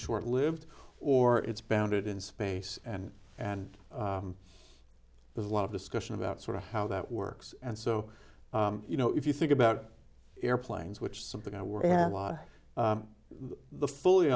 short lived or it's bounded in space and and there's a lot of discussion about sort of how that works and so you know if you think about airplanes which something i were yeah the fully